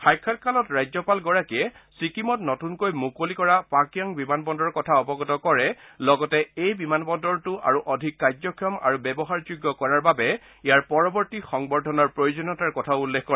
সাক্ষাৎকালত ৰাজ্যপালগৰাকীয়ে চিকিমত নতুনকৈ মুকলি কৰা পাকায়ং বিমানবন্দৰৰ কথা অৱগত কৰে এই বিমান বন্দৰটো আৰু অধিক কাৰ্যক্ষম আৰু ব্যৱহাৰযোগ্য কৰাৰ বাবে ইয়াৰ পৰৱৰ্তী সংবৰ্ধনৰ প্ৰয়োজনীয়তাৰ কথা উল্লেখ কৰে